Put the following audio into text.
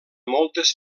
moltes